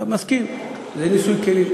מסכים, זה ניסוי כלים.